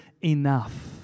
Enough